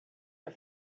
are